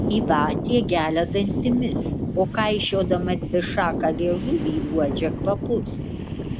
gyvatė gelia dantimis o kaišiodama dvišaką liežuvį uodžia kvapus